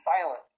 silent